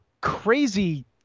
crazy